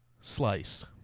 slice